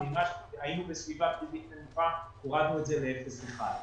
היינו בסביבת ריבית נמוכה והורדנו אותה ל-0.1.